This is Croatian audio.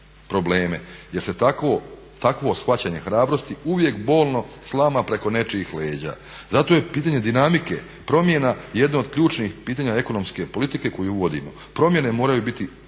probleme jer se takvo shvaćanje hrabrosti uvijek bolno slama preko nečijih leđa. Zato je pitanje dinamike promjena jedno od ključnih pitanja ekonomske politike koju uvodimo. Promjene moraju biti